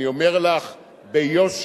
אני אומר לך ביושר,